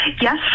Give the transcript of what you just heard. yes